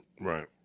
Right